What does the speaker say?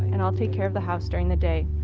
and i'll take care of the house during the day.